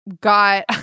got